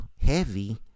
heavy